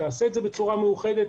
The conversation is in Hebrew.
שתעשה את זה בצורה מאוחדת,